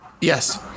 Yes